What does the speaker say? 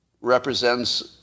represents